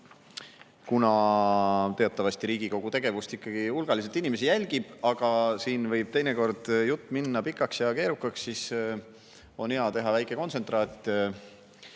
Teatavasti Riigikogu tegevust ikkagi hulgaliselt inimesi jälgib, aga siin võib teinekord jutt minna pikaks ja keerukaks, siis on hea teha väike kontsentraat